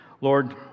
Lord